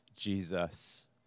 Jesus